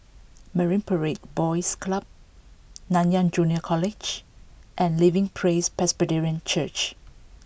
Marine Parade Boys Club Nanyang Junior College and Living Praise Presbyterian Church